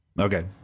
Okay